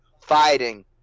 fighting